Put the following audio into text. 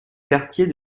quartier